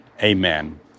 Amen